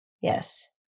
Yes